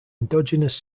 endogenous